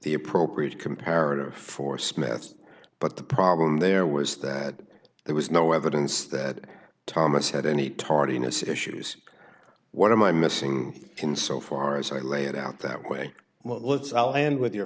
the appropriate comparative for smith but the problem there was that there was no evidence that thomas had any tardiness issues what am i missing in so far as i lay it out that way let's i'll end with your